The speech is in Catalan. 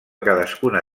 cadascuna